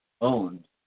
owned